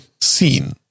seen